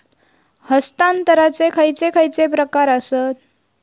हस्तांतराचे खयचे खयचे प्रकार आसत?